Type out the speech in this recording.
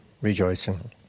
rejoicing